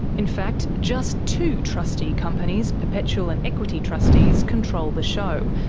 in fact just two trustee companies perpetual and equity trustees control the show,